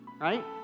Right